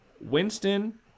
Winston